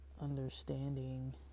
understanding